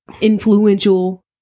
Influential